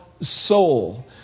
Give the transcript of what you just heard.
soul